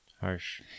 Harsh